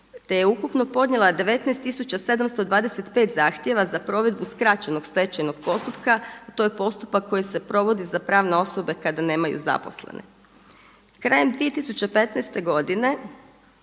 te je ukupno podnijela 19725 zahtjeva za provedbu skraćenog stečajnog postupka. To je postupak koji se provodi za pravne osobe kada nemaju zaposlene. Krajem 2015. godine